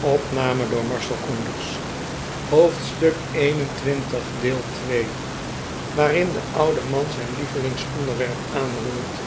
hoofdstuk xxi waarin de oude man zijn lievelingsonderwerp aanroert